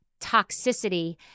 toxicity